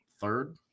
third